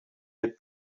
had